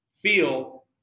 feel